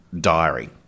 diary